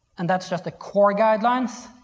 and that's just the core guidelines,